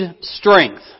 strength